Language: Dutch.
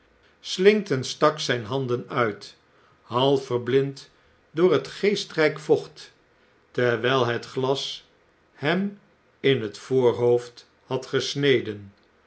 slinkton stak zijn handen uit half verblind door het geestryk vocht terwyl het glas hem in het voorhoofd had gesneden